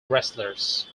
wrestlers